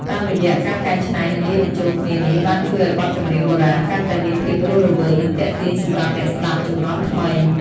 តាមរយៈការកែច្នៃនិងលាយបញ្ចូលគ្នានេះបានជួយឲ្យបទចម្រៀងបុរាណកាន់តែមានភាពរស់រវើកនិងទាក់ទាញសម្រាប់អ្នកស្ដាប់ជំនាន់ថ្មី។